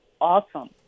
awesome